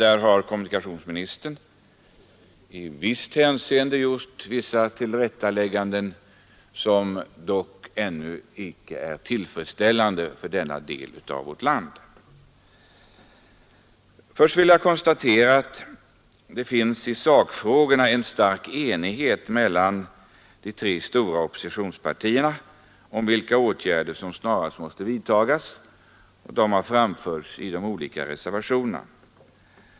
Där har kommunikationsministern i visst hänseende gjort tillrättalägganden, som dock ännu icke är tillfredsställande för denna del av vårt land. Jag vill konstatera att det i sakfrågorna finns en stark enighet mellan de tre stora oppositionspartierna om vilka åtgärder som snarast måste vidtagas — våra förslag har framförts i de olika reservationerna.